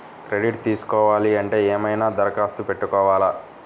Credit తీసుకోవాలి అంటే ఏమైనా దరఖాస్తు పెట్టుకోవాలా?